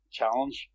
challenge